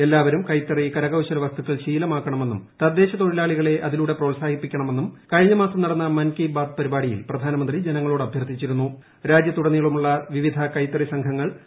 എല്ലാവരും കൈത്തറി കരകൌശല വസ്തുക്കൾ ശീലമാക്കണമെന്നും തദ്ദേശ തൊഴിലാളികളെ ഇതിലൂടെ പ്രോത്സാഹിപ്പിക്കണമെന്നും കഴിഞ്ഞ മാസം നടന്ന മൻ കി ബാത്ത് പരിപാടിയിൽ പ്രധാനമന്ത്രി ജനങ്ങളോട് രാജ്യത്തുടനീളമുള്ള വിവിധ കൈത്തറി അഭ്യർത്ഥിച്ചിരുന്നു